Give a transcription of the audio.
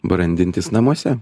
brandintis namuose